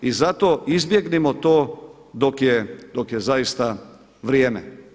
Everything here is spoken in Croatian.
I zato izbjegnimo to dok je zaista vrijeme.